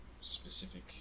specific